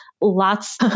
Lots